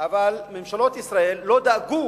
אבל ממשלות ישראל לא דאגו